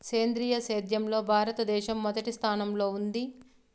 సేంద్రీయ సేద్యంలో భారతదేశం మొదటి స్థానంలో ఉంది